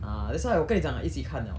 ah that's why 我跟你讲了一起看了